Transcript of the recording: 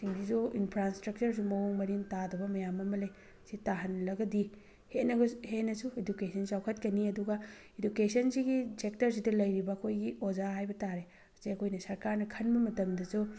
ꯁꯤꯡꯁꯤꯁꯨ ꯏꯟꯐ꯭ꯔ ꯏꯁꯇ꯭ꯔꯛꯆꯔꯁꯨ ꯃꯑꯣꯡ ꯃꯔꯤꯟ ꯇꯥꯗꯕ ꯃꯌꯥꯝ ꯑꯃ ꯂꯩ ꯁꯤ ꯇꯥꯍꯜꯂꯒꯗꯤ ꯍꯦꯟꯅꯁꯨ ꯏꯗꯨꯀꯦꯁꯟ ꯆꯥꯎꯈꯠꯀꯅꯤ ꯑꯗꯨꯒ ꯏꯗꯨꯀꯦꯁꯟꯁꯤꯒꯤ ꯁꯦꯛꯇꯔꯁꯤꯗ ꯂꯩꯔꯤꯕ ꯑꯩꯈꯣꯏꯒꯤ ꯑꯣꯖꯥ ꯍꯥꯏꯕ ꯇꯥꯔꯦ ꯁꯦ ꯑꯩꯈꯣꯏꯅ ꯁꯔꯀꯥꯔꯅ ꯈꯟꯕ ꯈꯟꯕ ꯃꯇꯝꯗꯁꯨ